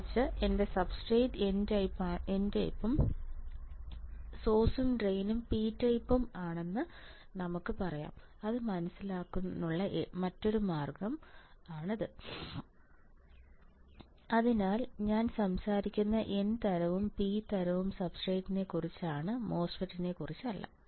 മറിച്ച് എന്റെ substrate N type ആണെങ്കിൽ സോഴ്സും ഡ്രെയിനും പി ടൈപ്പ് ആണെന്ന് നമുക്ക് പറയാം അത് മനസ്സിലാക്കാനുള്ള മറ്റൊരു മാർഗ്ഗമാണ് അത് അതിനാൽ ഞാൻ സംസാരിക്കുന്ന N തരവും P തരവും സബ്സ്ട്രേറ്റിനെക്കുറിച്ചാണ് മോസ്ഫെറ്റിനെക്കുറിച്ചല്ല